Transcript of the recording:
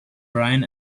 brian